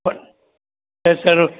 તો એ સારું